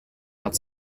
hat